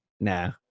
nah